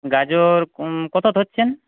গাজর কত ধরছেন